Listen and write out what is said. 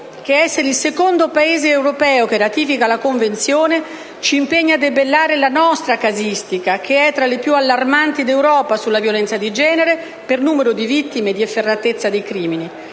che essere il secondo Paese dell'Unione europea che ratifica la Convenzione ci impegni a debellare la nostra casistica che è tra le più allarmanti d'Europa sulla violenza di genere per numero di vittime ed efferatezza dei crimini.